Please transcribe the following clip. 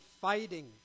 fighting